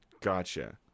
Gotcha